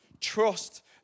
Trust